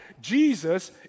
Jesus